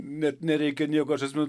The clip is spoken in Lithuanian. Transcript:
net nereikia nieko aš atsimenu